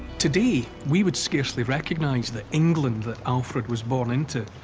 today, we would scarcely recognise the england that alfred was born into.